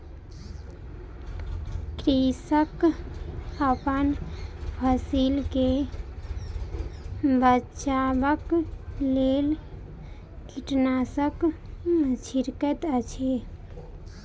कृषक अपन फसिल के बचाबक लेल कीटनाशक छिड़कैत अछि